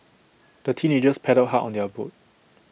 the teenagers paddled hard on their boat